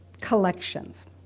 collections